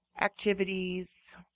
activities